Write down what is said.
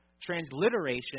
Transliteration